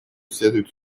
следует